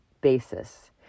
basis